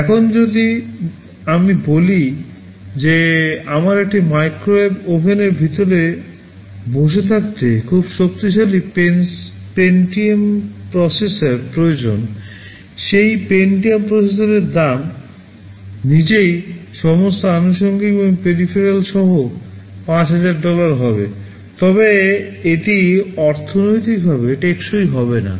এখন যদি আমি বলি যে আমার একটি মাইক্রোওয়েভ ওভেনের ভিতরে বসে থাকতে খুব শক্তিশালী পেন্টিয়াম প্রসেসর প্রয়োজন সেই পেন্টিয়াম প্রসেসরের দাম নিজেই সমস্ত আনুষাঙ্গিক এবং পেরিফেরাল সহ 5000 ডলার হবে তবে এটি অর্থনৈতিকভাবে টেকসই হবে না